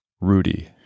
Rudy